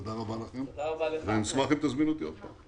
תודה רבה לכם ואשמח אם תזמינו אותי עוד פעם.